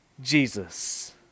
Jesus